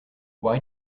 why